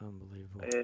Unbelievable